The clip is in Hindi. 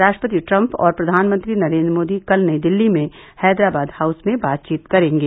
राष्ट्रपति ट्रम्प और प्रधानमंत्री नरेन्द्र मोदी कल नई दिल्ली में हैदराबाद हाउस में बातचीत करेंगे